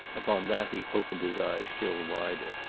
upon that he opened his eyes still wider,